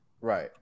Right